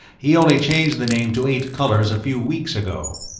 he only changed the name to eight colors a few weeks ago.